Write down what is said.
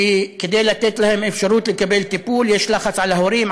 כדי לתת להם את אפשרות לקבל טיפול יש לחץ על ההורים,